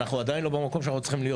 אנחנו עדיין לא מקום שאנחנו צריכים להיות.